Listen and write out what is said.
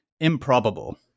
improbable